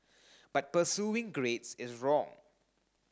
but pursuing grades is wrong